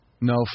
no